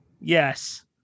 Yes